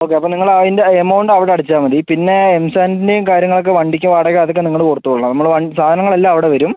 okay അപ്പം നിങ്ങൾ അതിൻ്റെ എമൗണ്ട് അവിടെ അടച്ചാൽ മതി പിന്നെ എം സാൻഡിൻ്റെയും കാര്യങ്ങൾ ഒക്കെ വണ്ടിക്ക് വാടക അതൊക്കെ നിങ്ങൾ കൊടുത്തോളണം നമ്മൾ സാധനങ്ങൾ എല്ലാം അവിടെ വരും